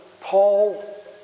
Paul